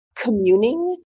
communing